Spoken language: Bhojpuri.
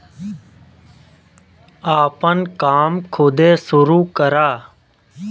आपन काम खुदे सुरू करा